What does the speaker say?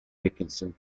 dickinson